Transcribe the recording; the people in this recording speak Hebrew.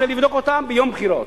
אפשר לבדוק אותה ביום בחירות,